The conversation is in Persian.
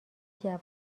جوون